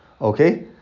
Okay